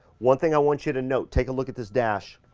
one thing i want you to note, take a look at this dash.